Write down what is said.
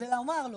ולומר לו,